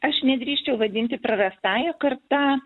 aš nedrįsčiau vadinti prarastąja karta